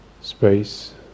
space